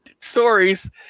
stories